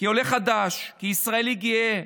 כעולה חדש, כישראלי גאה,